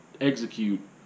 execute